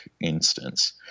instance